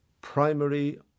primary